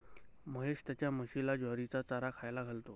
महेश त्याच्या म्हशीला ज्वारीचा चारा खायला घालतो